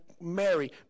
mary